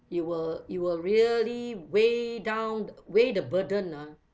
you will you will really weigh down weigh the burden ah